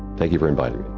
thank you for inviting me.